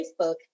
Facebook